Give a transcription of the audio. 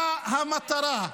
מה המטרה?